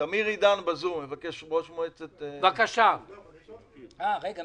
ראש עיריית רמלה, בבקשה מר